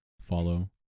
follow